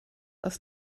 aus